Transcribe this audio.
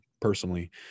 personally